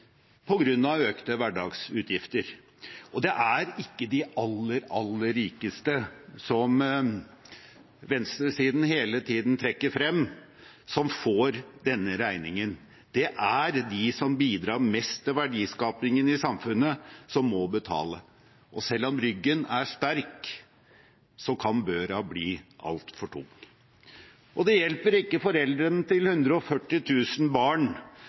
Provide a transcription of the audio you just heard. økte hverdagsutgifter, og det er ikke de aller, aller rikeste, som venstresiden hele tiden trekker frem, som får denne regningen. Det er de som bidrar mest til verdiskapingen i samfunnet, som må betale. Og selv om ryggen er sterk, kan børa bli altfor tung. Det hjelper ikke foreldrene til 140 000 barn